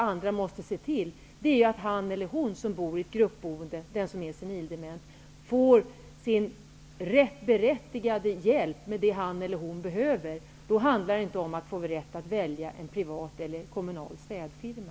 Vi måste se till att en senildement person som bor i ett gruppboende får sin berättigade hjälp med det som behövs. Det handlar då inte om rätten att välja en privat eller kommunal städfirma.